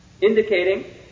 Indicating